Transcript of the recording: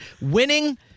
winning